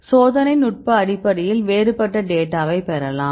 சோதனைநுட்ப அடிப்படையில் வேறுபட்ட டேட்டாவை பெறலாம்